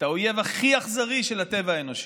את האויב הכי אכזרי של הטבע האנושי.